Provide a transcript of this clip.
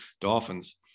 Dolphins